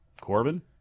Corbin